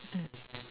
mm